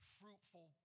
fruitful